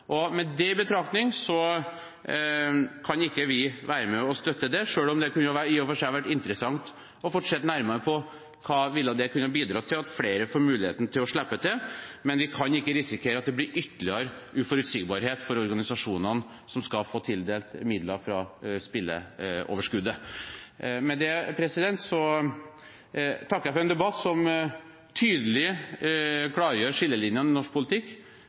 Med det tatt i betraktning kan ikke vi være med og støtte det, selv om det i og for seg kunne vært interessant å få se nærmere på om det ville ha bidratt til at flere får muligheten til å slippe til, men vi kan ikke risikere at det blir ytterligere uforutsigbarhet for organisasjonene som skal få tildelt midler fra spilleoverskuddet. Med dette takker jeg for en debatt som tydelig klargjør skillelinjene i norsk politikk,